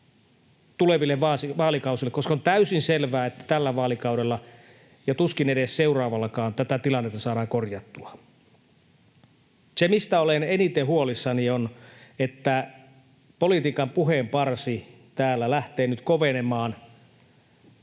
tuleville vaalikausille, koska on täysin selvää, ettei tällä vaalikaudella ja tuskin edes seuraavallakaan tätä tilannetta saadaan korjattua. Se, mistä olen eniten huolissani, on se, että politiikan puheenparsi täällä lähtee nyt kovenemaan